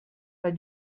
pas